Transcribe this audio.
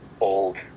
old